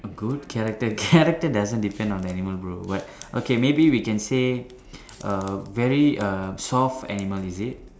good character character doesn't depend on the animal bro what okay maybe we can say err very err soft animal is it